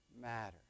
matter